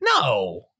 no